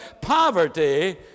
poverty